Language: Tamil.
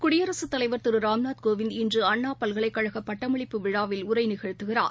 குடியரசுத் தலைவர் திருராம்நாத் கோவிந்த் இன்றுஅண்ணாபல்கலைக்கழகபட்டமளிப்பு விழாவில் உரைநிகழ்த்துகிறார்